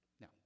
Now